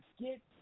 get –